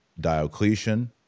Diocletian